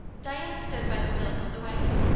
diana stood by the thills of the waggon,